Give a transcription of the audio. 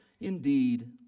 Indeed